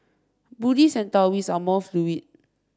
Buddhists and Taoists are more fluid